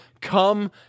Come